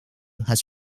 has